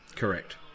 Correct